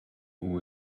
who